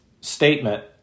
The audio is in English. statement